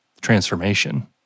transformation